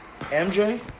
MJ